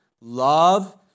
love